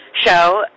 show